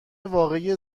واقعی